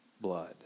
blood